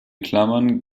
klammern